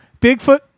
Bigfoot